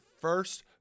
first